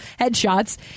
headshots